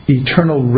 eternal